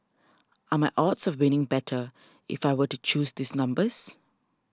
are my odds of winning better if I were to choose these numbers